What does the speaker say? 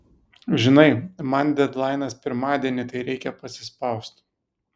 žinai man dedlainas pirmadienį tai reikia pasispaust